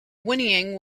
whinnying